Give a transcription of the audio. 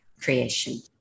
creation